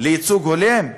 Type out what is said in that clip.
לייצוג ההולם,